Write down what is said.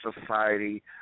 society